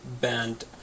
band